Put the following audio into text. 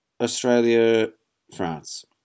Australia-France